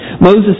Moses